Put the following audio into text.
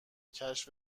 کشف